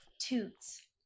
Toots